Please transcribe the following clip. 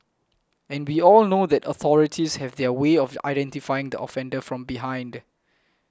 and we all know that authorities have their way of identifying the offender from behind